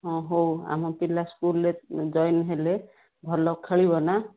ହଁ ହଉ ଆମ ପିଲା ସ୍କୁଲରେ ଜଏନ୍ ହେଲେ ଭଲ ଖେଳିବ ନା